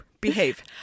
behave